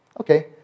Okay